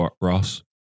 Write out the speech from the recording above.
Ross